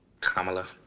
Kamala